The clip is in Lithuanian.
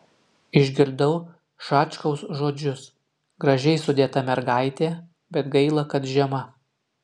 išgirdau šačkaus žodžius gražiai sudėta mergaitė bet gaila kad žema